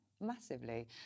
massively